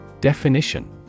Definition